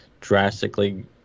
drastically